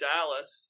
Dallas